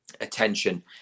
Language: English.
attention